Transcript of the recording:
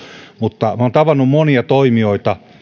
mutta olen tavannut monia toimijoita